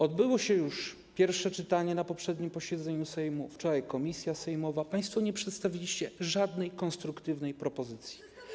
Odbyło się już pierwsze czytanie na poprzednim posiedzeniu Sejmu, wczoraj pracowała komisja sejmowa, a państwo nie przedstawiliście żadnej konstruktywnej propozycji.